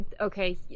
okay